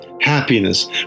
happiness